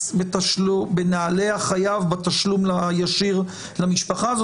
בנעלי החייב בתשלום הישיר למשפחה הזאת.